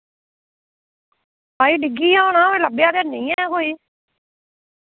भाई डिग्गिया होना लब्भेआ ते हैनी ऐ कोई